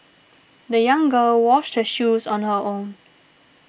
the young girl washed her shoes on her own